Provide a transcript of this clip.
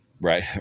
Right